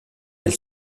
elle